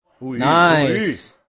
nice